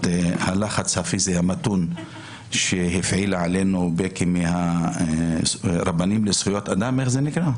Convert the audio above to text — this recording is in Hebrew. הלחץ הפיזי המתון שהפעילה עלינו בקי מרבנים לזכויות אדם איך זה נקרא?